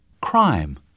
Crime